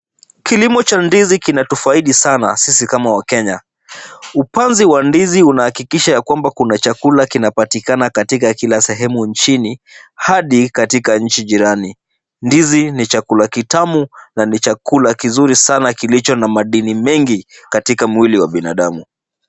Kilimo cha ndizi kinatufaidi sana sisi kama wakenya. Upanzi wa ndizi unahakikisha ya kwamba kuna chakula kinapayikana katika kila sehemu nchini hadi katika nchi jirani. Ndizi ni chakula kitamu na ni chakula kizuri sana kilicho na madini mengi katika mwili wa binadamu.